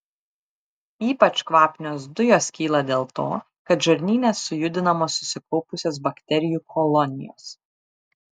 ypač kvapnios dujos kyla dėl to kad žarnyne sujudinamos susikaupusios bakterijų kolonijos